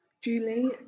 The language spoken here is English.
Julie